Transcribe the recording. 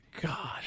god